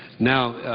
now,